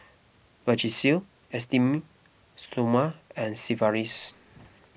Vagisil Esteem Stoma and Sigvaris